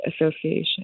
association